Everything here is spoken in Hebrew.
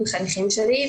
עם חניכים שלי,